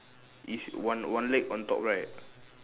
each one one leg on top right